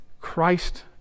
Christ